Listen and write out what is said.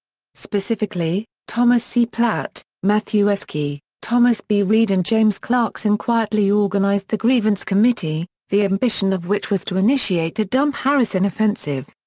specifically, thomas c. platt, mathew s. quay, thomas b. reed and james clarkson quietly organized the grievance committee, the ambition of which was to initiate a dump-harrison offensive.